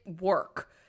work